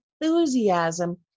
enthusiasm